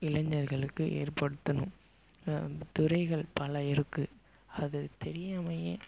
இளைஞர்களுக்கு ஏற்படுத்தனும் துறைகள் பல இருக்குது அது தெரியாமலே